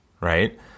right